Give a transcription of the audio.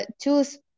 choose